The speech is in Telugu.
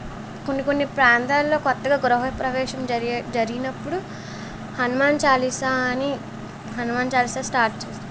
కొన్ని కొన్ని ప్రాంతాల్లో కొత్తగా గృహప్రవేశం జరిగే జరిగినప్పుడు హనుమాన్ చాలీసా అని హనుమాన్ చాలీసా స్టార్ట్ చేస్తా